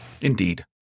Indeed